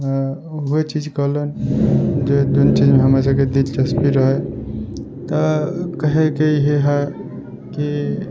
ओएह चीज कहलनि जे जो चीजमे हमरा सभके दिलचस्पी रहै तऽ कहैके इहै हइ कि